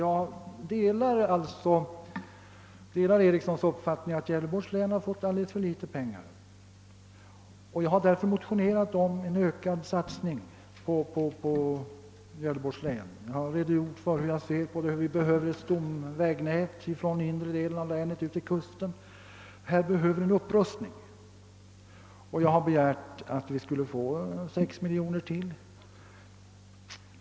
Jag delar herr Erikssons i Bäckmora uppfattning att Gävleborgs län fått för litet pengar på vägområdet, och jag har därför motionerat om en ökad satsning på Gävleborgs län i detta avseende. Jag har redogjort för min syn på denna fråga. Vi behöver ett stomvägnät från den inre delen av länet och ned till kusten. Här behövs en upprustning, och jag har begärt att få ytterligare 6 miljoner kronor.